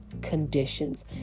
conditions